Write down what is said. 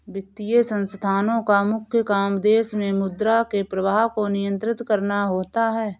वित्तीय संस्थानोँ का मुख्य काम देश मे मुद्रा के प्रवाह को नियंत्रित करना होता है